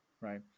right